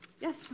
Yes